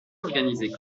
organisées